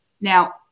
Now